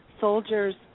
soldiers